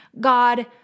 God